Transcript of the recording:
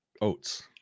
oats